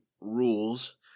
rules